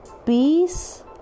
peace